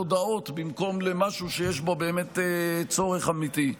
הודאות במקום למשהו שיש בו באמת צורך אמיתי.